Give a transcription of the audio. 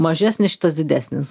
mažesnis šitas didesnis